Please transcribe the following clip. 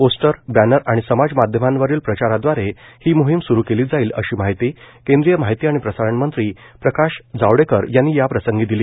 poster banner आणि समाजमाध्यमावरील प्रचारादवारे ही मोहीम सुरू केली जाईल अशी माहिती केंद्रीय माहिती आणि प्रसारण मंत्री प्रकाश जावडेकर यांनी याप्रसंगी दिली